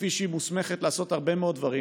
וכפי שהיא מוסמכת לעשות הרבה מאוד דברים,